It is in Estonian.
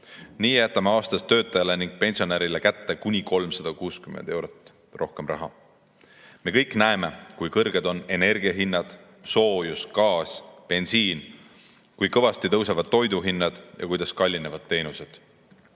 Nii jätame aastas töötajale ning pensionärile kätte kuni 360 eurot rohkem raha. Me kõik näeme, kui kõrged on energia hinnad – soojus, gaas, bensiin –, kui kõvasti tõusevad toidu hinnad ja kuidas kallinevad teenused.